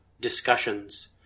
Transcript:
discussions